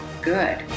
good